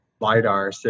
LIDAR